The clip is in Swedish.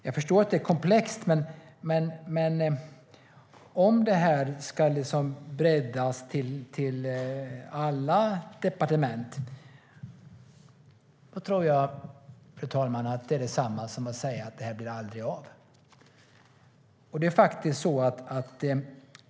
Jag förstår att det är komplext, men om det ska breddas till alla departement, fru talman, tror jag att det är detsamma som att säga att detta aldrig blir av.